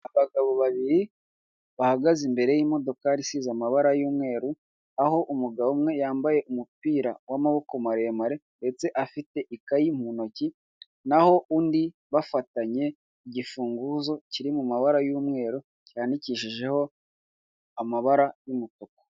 Abagabo babiri bahagaze imbere y'imodokari isize amabara y'umweru, aho umugabo umwe yambaye umupira w'amaboko maremare ndetse afite ikayi mu ntoki, naho undi bafatanye igifunguzo kiri mu mabara y'umweru cyandikishijeho amabara y'umutuku.